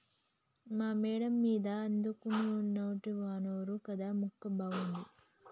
మా మేడ మీద అద్దెకున్నోళ్లు నాటినారు కంద మొక్క బాగుంది